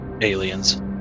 aliens